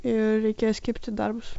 ir reikės kibt į darbus